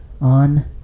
on